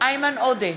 איימן עודה,